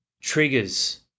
triggers